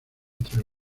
entre